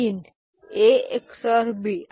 A ⊕ B S A ⊕ B ⊕ Cin इथे AB आणि Cin